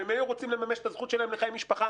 אם הם היו רוצים לממש את הזכות שלהם לחיי משפחה,